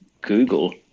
Google